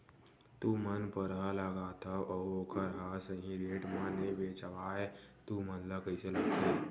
तू मन परहा लगाथव अउ ओखर हा सही रेट मा नई बेचवाए तू मन ला कइसे लगथे?